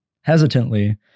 Hesitantly